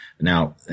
Now